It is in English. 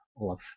love